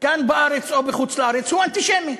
כאן בארץ או בחוץ-לארץ, הוא אנטישמי.